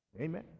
Amen